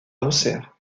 auxerre